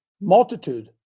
Multitude